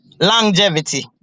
longevity